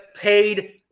paid